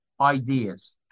ideas